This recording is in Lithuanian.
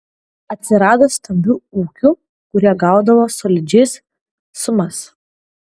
atsirado stambių ūkių kurie gaudavo solidžias sumas